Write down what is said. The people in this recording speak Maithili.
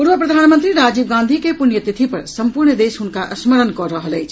पूर्व प्रधानमंत्री राजीव गांधी के पुण्यतिथि पर सम्पूर्ण देश हुनका स्मरण कऽ रहल अछि